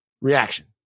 reaction